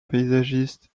paysagiste